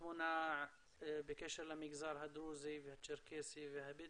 התמונה בקשר למגזר הדרוזי והצ'רקסי והבדואי.